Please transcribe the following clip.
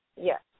Yes